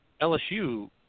LSU